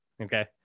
Okay